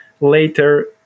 later